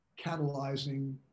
catalyzing